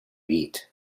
eat